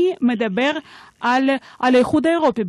אני מדבר על האיחוד האירופי,